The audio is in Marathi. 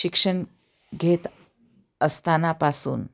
शिक्षण घेत असताना पासून